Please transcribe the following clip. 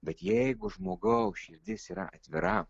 bet jeigu žmogaus širdis yra atvira